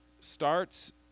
starts